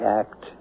act